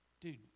Dude